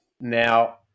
now